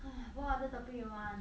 what other topic you want